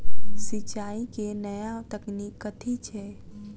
सिंचाई केँ नया तकनीक कथी छै?